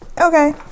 Okay